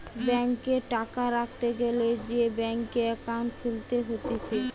ব্যাংকে টাকা রাখতে গ্যালে সে ব্যাংকে একাউন্ট খুলতে হতিছে